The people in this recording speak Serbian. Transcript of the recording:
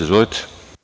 Izvolite.